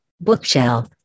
Bookshelf